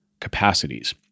capacities